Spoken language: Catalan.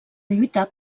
lluitar